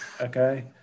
okay